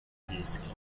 dischi